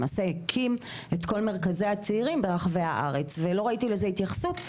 למעשה הקים את כל מרכזי הצעירים ברחבי הארץ ולא ראיתי לזה התייחסות.